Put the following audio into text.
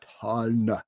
ton